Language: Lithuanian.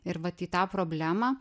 ir vat į tą problemą